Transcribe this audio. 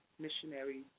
Missionary